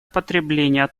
потребления